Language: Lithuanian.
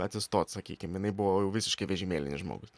atsistot sakykim jinai buvo jau visiškai vežimėlinis žmogus